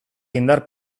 indar